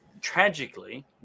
tragically